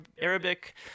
Arabic